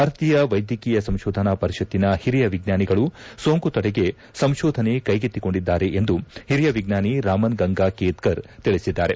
ಭಾರತೀಯ ವೈದ್ಯಕೀಯ ಸಂಶೋಧನಾ ಪರಿಷತ್ತಿನ ಹಿರಿಯ ವಿಜ್ವಾನಿಗಳು ಸೋಂಕು ತಡೆಗೆ ಸಂಶೋಧನೆ ಕ್ಕೆಗೆತ್ತಿಕೊಂಡಿದ್ದಾರೆಂದು ಹಿರಿಯ ವಿಜ್ಞಾನಿ ರಾಮನ್ ಗಂಗಾಕೇದ್ಗರ್ ತಿಳಿಸಿದ್ದಾರೆ